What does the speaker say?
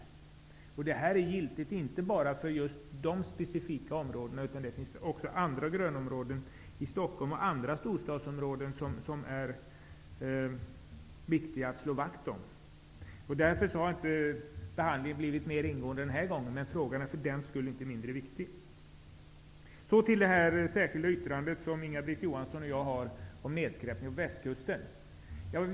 Den problematiken är giltig inte bara för de specifika områdena, utan även för andra grönområden i Stockholm och andra storstadsområden, som det är viktigt att slå vakt om. Därför har behandlingen av denna motion inte varit mer ingående, men frågan är för den skull inte mindre viktig. Inga-Britt Johansson och jag har avgett ett särskilt yttrande om nedskräpningen på Västkusten.